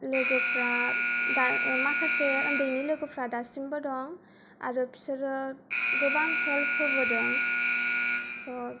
लोगोफ्रा माखासे ओन्दैनि लोगोफ्रा दासिमबो दं आरो बिसोरो गोबां हेल्प होबोदों स'